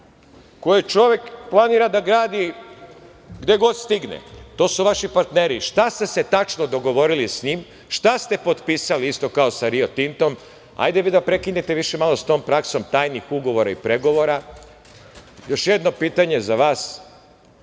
čovek planira da gradi gde god stigne. To su vaši partneri. Šta ste se tačno dogovorili sa njim, šta ste potpisali isto kao sa Rio Tintom? Hajde da vi prekinete malo sa tom praksom tajnih ugovora i pregovora. Još jedno pitanje za vas